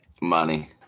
Money